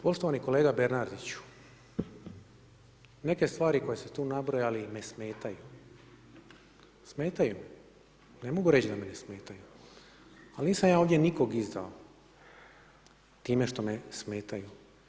Poštovani kolega Bernardiću, neke stvari koje ste tu nabrojali, me smetaju, smetaju me, ne mogu reći da me ne smetaju, al nisam ja ovdje nikoga izdao time što me smetaju.